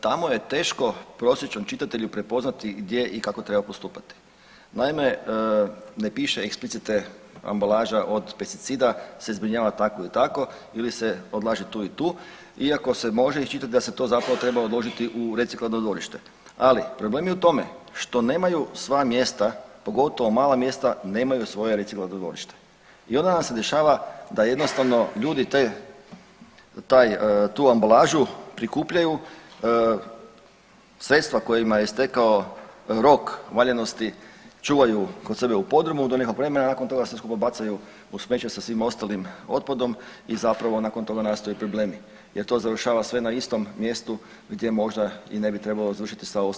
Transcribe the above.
Tamo je teško prosječnom čitatelju prepoznati gdje i kako treba postupati, naime ne piše eksplicite ambalaža od pesticida se zbrinjava tako i tako ili se odlaže tu i tu iako se može iščitat da se to zapravo treba odložiti u reciklažno dvorište, ali problem je u tome što nemaju sva mjesta, pogotovo mala mjesta nemaju svoje reciklažno dvorište i ona vam se dešava da jednostavno ljudi te, taj, tu ambalažu prikupljaju sredstva kojima je istekao rok valjanosti čuvaju kod sebe u podrumu do nekog vremena, a nakon toga sve skupa bacaju u smeće sa svim ostalim otpadom i zapravo nakon toga nastaju problemi jer to završava sve na istom mjestu gdje možda i ne bi trebalo završiti sa ostalim otpadom.